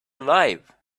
alive